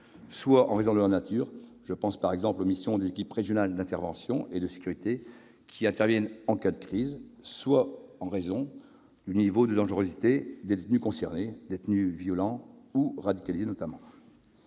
soit en raison de leur nature- je pense, par exemple, aux missions des équipes régionales d'intervention et de sécurité appelées en cas de crise -soit en raison du niveau de dangerosité des détenus concernés- détenus violents ou radicalisés, notamment.